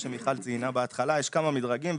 אז יש כמה מדרגים.